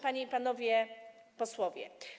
Panie i Panowie Posłowie!